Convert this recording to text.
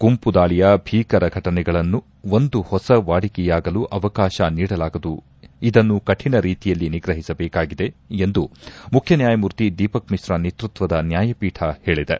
ಗುಂಪು ದಾಳಿಯ ಭೀಕರ ಘಟನೆಗಳನ್ನು ಒಂದು ಹೊಸ ವಾಡಿಕೆಯಾಗಲು ಅವಕಾತ ನೀಡಲಾಗದು ಇದನ್ನು ಕಠಿಣ ರೀತಿಯಲ್ಲಿ ನಿಗ್ರಹಿಸಬೇಕಾಗಿದೆ ಎಂದು ಮುಖ್ಣನ್ವಾಯಮೂರ್ತಿ ದೀಪಕ್ ಮಿಶ್ರಾ ನೇತೃತ್ವದ ನ್ವಾಯಪೀಠ ಹೇಳಿದೆ